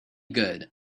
good